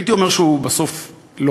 הייתי אומר שהוא בסוף לוחם.